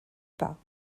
pas